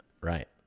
Right